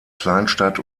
kleinstadt